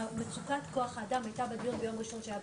מצוקת כוח האדם הייתה בדיון ביום ראשון שעבר,